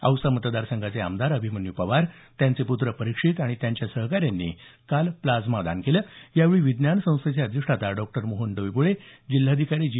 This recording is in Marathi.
औसा मतदार संघाचे आमदार अभिमन्यू पवार त्यांचे पूत्र परिक्षित आणि त्यांच्या सहकाऱ्यांनी काल प्लाइमा दान केलं यावेळी विज्ञान संस्थेचे अधिष्ठाता डॉक्टर मोहन डोईबोळे जिल्हाधिकारी जी